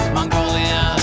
Mongolia